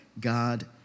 God